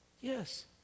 Yes